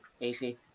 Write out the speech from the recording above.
AC